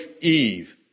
Eve